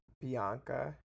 Bianca